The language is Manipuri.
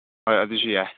ꯍꯣꯏ ꯑꯗꯨꯁꯨ ꯌꯥꯏ